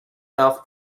mouth